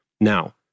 Now